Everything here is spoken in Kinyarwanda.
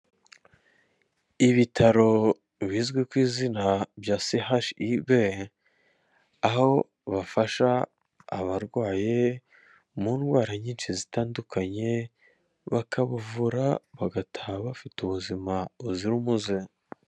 Ibitaro bizwi ku izina bya sehashibe aho bafasha abarwaye mu ndwara nyinshi zitandukanye bakabuvura bagataha bafite ubuzima buzira umuze.